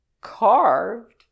carved